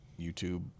YouTube